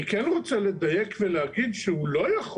אני כן רוצה לדייק ולהגיד שהוא לא יכול